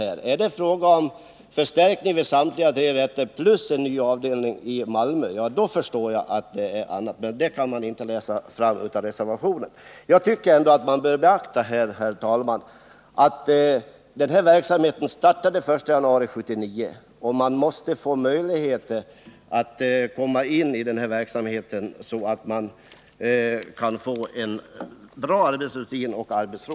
Är det fråga om förstärkning av samtliga tre rätter plus en ny avdelning i Malmö? Är det så, blir läget annorlunda. Men det kan man inte läsa fram av reservationen. Jag tycker, herr talman, att man bör beakta att den här verksamheten startade den 1 februari 1979, och man måste få möjligheter att komma in i verksamheten så att man kan få en bra arbetsrutin och arbetsro.